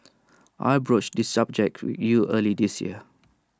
I broached this subject with you early this year